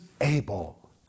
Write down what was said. able